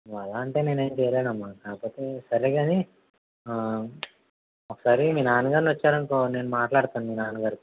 నువ్వు అలా అంటే నేను ఏం చెయ్యలేనమ్మా కాకపోతే సరే కాని ఒకసారి మీ నాన్నగారిని వచ్చారనుకో నేను మాట్లాడతాను మీ నాన్నగారితో